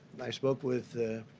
i spoke with